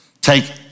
take